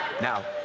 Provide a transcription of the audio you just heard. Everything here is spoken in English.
Now